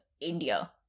India